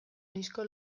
noizko